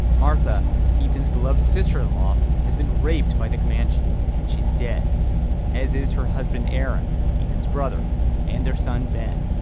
martha ethan's beloved sister in law has been raped by the comanche and she's dead as is her husband aaron ethan's brother and their son ben.